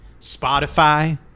Spotify